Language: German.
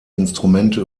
instrumente